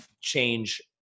change